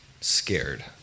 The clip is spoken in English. scared